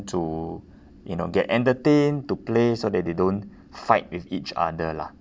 to you know get entertained to play so that they don't fight with each other lah